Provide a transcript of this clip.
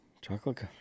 chocolate